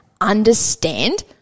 understand